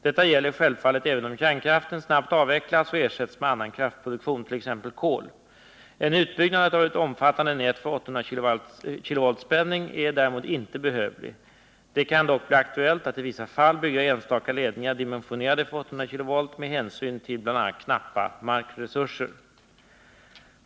Detta gäller självfallet även om kärnkraften snabbt avvecklas och ersätts med annan kraftproduktion,t.ex. kol. En utbyggnad av ett omfattande nät för 800 kV spänning är däremot inte behövlig. Det kan dock bli aktuellt att i vissa fall bygga enstaka ledningar dimensionerade för 800 kV med hänsyn till bl.a. knappa markresurser.